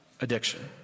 addiction